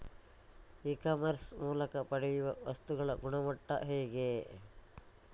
E commerce ಮೂಲಕ ಪಡೆಯುವ ವಸ್ತುಗಳ ಗುಣಮಟ್ಟ ಹೇಗೆ?